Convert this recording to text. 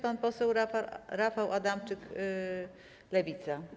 Pan poseł Rafał Adamczyk, Lewica.